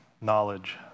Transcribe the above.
knowledge